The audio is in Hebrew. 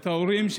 את ההורים.